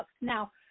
Now